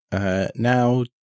now